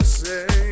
say